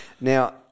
Now